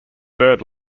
bird